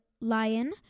lion